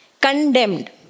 Condemned